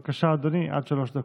בבקשה, אדוני, עד שלוש דקות.